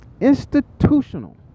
Institutional